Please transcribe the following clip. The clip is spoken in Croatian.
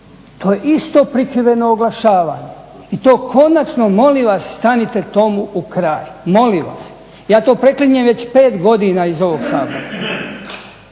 to je isto prikriveno oglašavanje i to konačno molim vas stanite tomu u kraj, molim vas. Ja to preklinjem već pet godina iz ovog Sabora.